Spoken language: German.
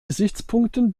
gesichtspunkten